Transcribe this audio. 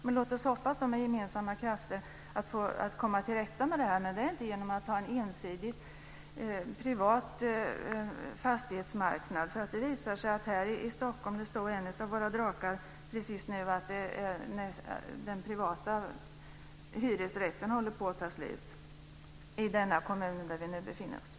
Men låt oss hoppas att man med gemensamma krafter ska komma till rätta med detta. Men det gör man inte genom att ha en ensidig privat fastighetsmarknad. Det visar sig nämligen enligt en av våra drakar att de privata hyresrätterna här i Stockholms kommun håller på att försvinna.